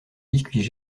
biscuits